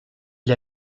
l’a